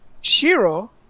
Shiro